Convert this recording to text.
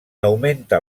augmenta